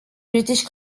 british